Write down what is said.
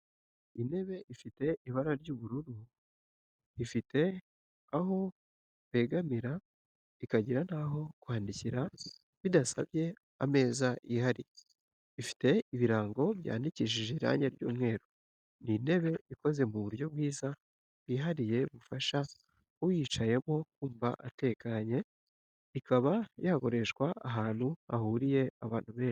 Intebe ifite ibara ry'ubururu ifite aho begamira ikagira n'aho kwandikira bidasabye ameza yihariye, ifite ibirango byandikishije irangi ry'umweru. Ni intebe ikoze mu buryo bwiza bwihariye bufasha uyicayemo kumva atekanye, ikaba yakoreshwa ahantu hahuriye abantu benshi.